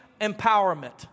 empowerment